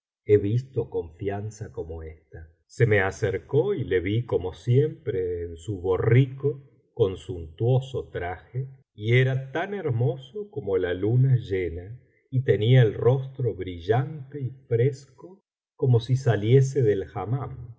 he visto confianza como esta se me acercó y le vi como siempre en su borrico con suntuoso traje y biblioteca valenciana generalitat valenciana histoeia del jorobado era tan hermoso como la luna llena y tenía el rostro brillante y fresco como si saliese del